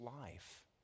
life